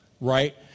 right